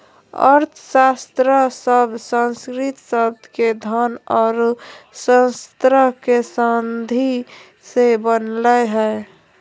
अर्थशास्त्र शब्द संस्कृत शब्द के धन औरो शास्त्र के संधि से बनलय हें